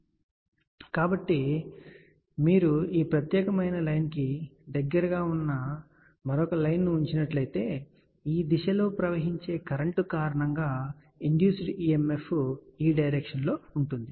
మరియు మీరు ఈ ప్రత్యేకమైన లైన్ కి దగ్గరగా ఉన్న మరొక లైన్ ను ఉంచినట్లయితే ఈ దిశ లో ప్రవహించే ఈ కరెంట్ కారణంగా ఇండ్యూస్డ్ EMF లు ఈ డైరెక్షన్ లో ఉంటాయి